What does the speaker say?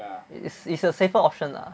it's it's a safer option lah